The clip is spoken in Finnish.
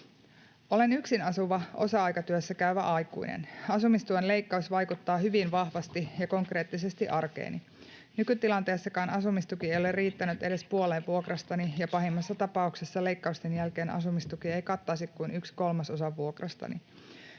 ”Olen yksinasuva osa-aikatyössä käyvä aikuinen. Asumistuen leikkaus vaikuttaa hyvin vahvasti ja konkreettisesti arkeeni. Nykytilanteessakaan asumistuki ei ole riittänyt edes puoleen vuokrastani, ja pahimmassa tapauksessa leikkausten jälkeen asumistuki ei kattaisi kuin yhden kolmasosan vuokrastani.